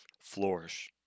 flourish